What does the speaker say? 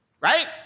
Right